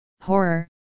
horror